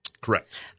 Correct